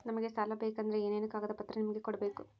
ನಮಗೆ ಸಾಲ ಬೇಕಂದ್ರೆ ಏನೇನು ಕಾಗದ ಪತ್ರ ನಿಮಗೆ ಕೊಡ್ಬೇಕು?